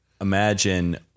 imagine